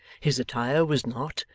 his attire was not,